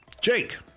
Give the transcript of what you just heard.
Jake